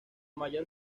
mayor